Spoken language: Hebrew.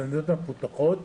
במדינות המפותחות,